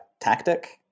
tactic